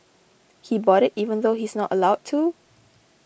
he bought it even though he's not allowed to